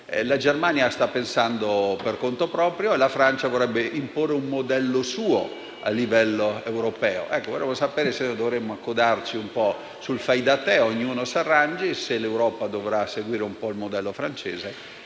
La Germania sta pensando per conto proprio e la Francia vorrebbe imporre un suo modello a livello europeo. Vorrei sapere se dovremo accodarci al fai da te, per cui ognuno deve arrangiarsi, e se l'Europa dovrà seguire un po' il modello francese.